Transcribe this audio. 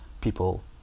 people